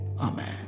Amen